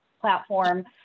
platform